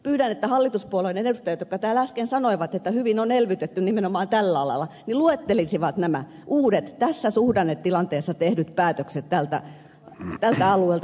pyydän että hallituspuolueiden edustajat jotka täällä äsken sanoivat että hyvin on elvytetty nimenomaan tällä alalla luettelisivat nämä uudet tässä suhdannetilanteessa tehdyt päätökset tältä alueelta